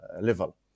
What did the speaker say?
level